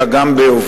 אלא גם בעובדים.